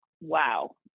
wow